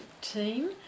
team